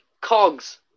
cogs